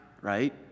right